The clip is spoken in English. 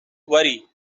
worry